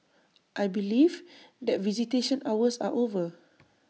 I believe that visitation hours are over